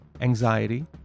anxiety